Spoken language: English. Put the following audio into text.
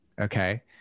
okay